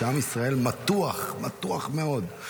כשעם ישראל מתוח מאוד,